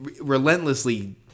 relentlessly